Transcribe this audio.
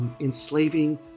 enslaving